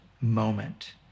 moment